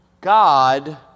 God